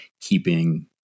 keeping